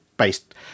based